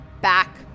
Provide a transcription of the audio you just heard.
back